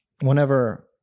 whenever